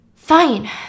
fine